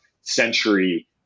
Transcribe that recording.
century